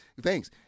Thanks